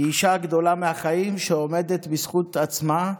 היא אישה גדולה מהחיים שעומדת בזכות עצמה.